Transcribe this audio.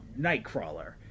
Nightcrawler